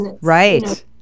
Right